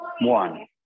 One